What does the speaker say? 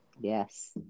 yes